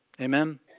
Amen